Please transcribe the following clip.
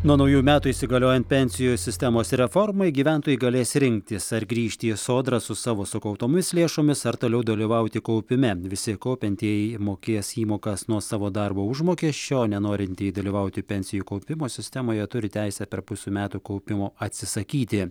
nuo naujų metų įsigaliojant pensijų sistemos reformai gyventojai galės rinktis ar grįžti į sodrą su savo sukauptomis lėšomis ar toliau dalyvauti kaupime visi kaupiantieji mokės įmokas nuo savo darbo užmokesčio o nenorintieji dalyvauti pensijų kaupimo sistemoje turi teisę per pusę metų kaupimo atsisakyti